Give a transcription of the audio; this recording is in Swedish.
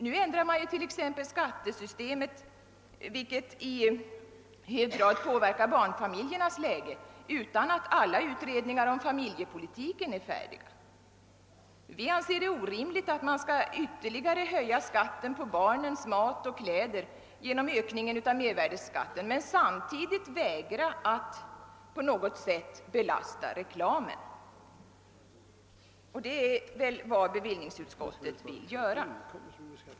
Nu ändrar man t.ex. skattesystemet, vilket i hög grad påverkar barnfamiljernas läge, utan att alla utredningar om familjepolitiken är slutförda. Vi anser det orimligt att man ytterligare skall höja skatten på barnens mat och kläder genom ökningen av mervärdeskatten men samtidigt vägra att på något sätt belasta reklamen. Det är väl vad bevillningsutskottet vill göra.